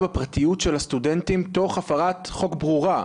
בפרטיות של הסטודנטים תוך הפרת חוק ברורה.